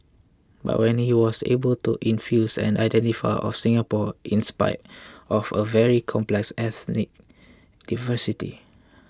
but he was able to infuse an identity of Singapore in spite of a very complex ethnic diversity